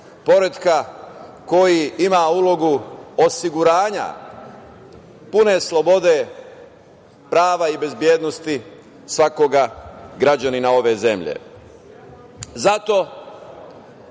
poretka koji ima ulogu osiguranja pune slobode prava i bezbednosti svakoga građanina ove zemlje. Zato